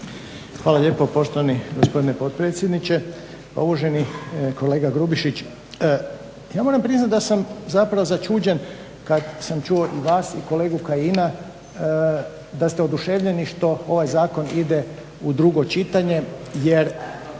Hvala lijepo poštovani gospodine potpredsjedniče. Pa uvaženi kolega Grubišić, ja moram priznati da sam zapravo začuđen kad sam čuo i vas i kolegu Kajina da ste oduševljeni što ovaj zakon ide u drugo čitanje jer